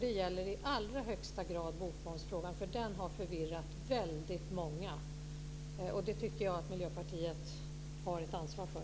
Det gäller i allra högsta grad bokmomsfrågan, för den har förvirrat väldigt många. Det tycker jag att Miljöpartiet har ett ansvar för.